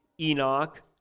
Enoch